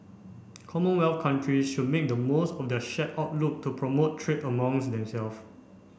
commonwealth countries should make the most of this shared outlook to promote trade among themselves